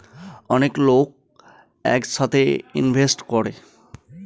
অনেক লোক এক সাথে ইনভেস্ট করে